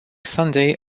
sunday